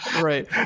Right